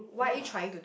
ya